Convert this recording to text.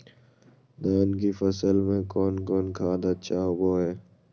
धान की फ़सल में कौन कौन खाद अच्छा होबो हाय?